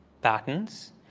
patterns